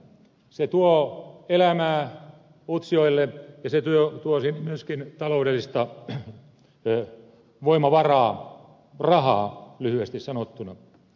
se tuo elämää utsjoelle ja se tuo sinne myöskin taloudellista voimavaraa rahaa lyhyesti sanottuna